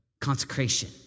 consecration